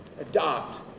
Adopt